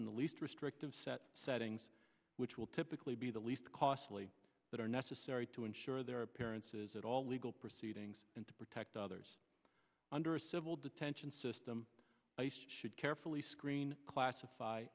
in the least restrictive set settings which will typically be the least costly that are necessary to ensure their parents says it all legal proceedings and to protect others under a civil detention system should carefully screen classify